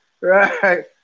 right